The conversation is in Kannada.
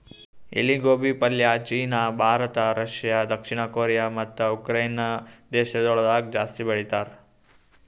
ಎಲಿ ಗೋಬಿ ಪಲ್ಯ ಚೀನಾ, ಭಾರತ, ರಷ್ಯಾ, ದಕ್ಷಿಣ ಕೊರಿಯಾ ಮತ್ತ ಉಕರೈನೆ ದೇಶಗೊಳ್ದಾಗ್ ಜಾಸ್ತಿ ಬೆಳಿತಾರ್